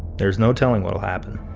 there's no telling what'll happen.